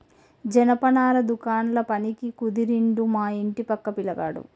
జనపనార దుకాండ్ల పనికి కుదిరిండు మా ఇంటి పక్క పిలగాడు